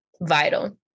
vital